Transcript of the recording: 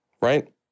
right